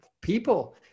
people